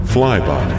Flyby